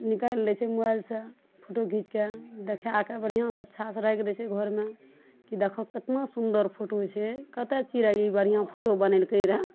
निकालि लै छै मोबाइल सऽ फोटो घीच कऽ देखा कऽ बढ़िऑं सऽ अच्छा सऽ राखि दै छै घरमे कि देखहो केतना सुन्दर फोटो ई छै कतए चिड़ै ई बढ़िऑं फोटो बनेलकै रहए